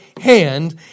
hand